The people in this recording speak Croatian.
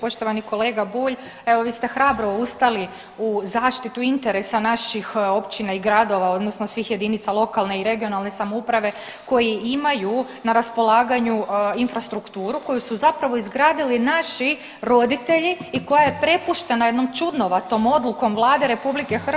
Poštovani kolega Bulj, evo vi ste hrabro ustali u zaštitu interesa naših općina i gradova odnosno svih jedinica lokalne i regionalne samouprave koji imaju na raspolaganju infrastrukturu koju su zapravo izgradili naši roditelji i koja je prepuštena jednom čudnovatom odlukom Vlade RH